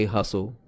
Hustle